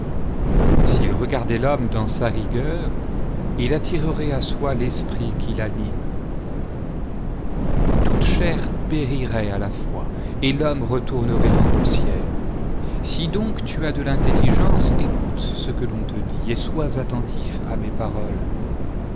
s'il regardait l'homme dans sa rigueur il attirerait à soi l'esprit qui l'anime toute chair périrait à la fois et l'homme retournerait en poussière si donc tu as de l'intelligence écoute ce que l'on te dit et sois attentif à mes paroles